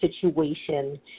situation